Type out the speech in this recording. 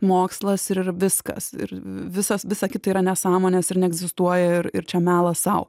mokslas ir viskas ir visas visa kita yra nesąmonės ir neegzistuoja ir čia melas sau